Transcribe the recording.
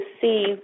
see